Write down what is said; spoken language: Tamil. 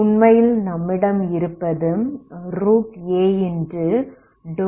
உண்மையில் நம்மிடம் இருப்பது a∂uaxat∂